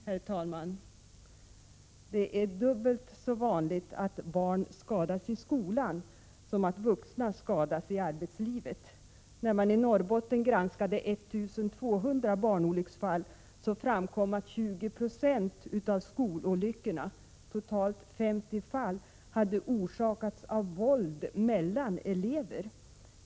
Herr talman! Det är dubbelt så vanligt att barn skadas i skolan som att vuxna skadas i arbetslivet. När man i Norrbotten granskade 1 200 barnolycksfall framkom att 20 92 av skololyckorna, totalt 50 fall, hade orsakats av våld mellan elever.